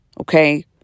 Okay